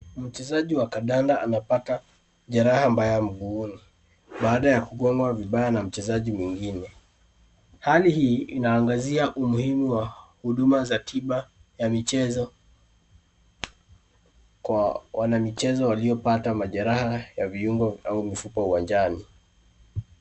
Mchezaji wa kandanda amepata jeraha mbaya mguuni baada ya kugongwa vibaya na mchezaji mwingine. Hali hii inaangazia umuhimu wa huduma za tiba ya michezo kwa wanamichezo waliopata majeraha ya viungo au mifupa uwanjani.